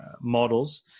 models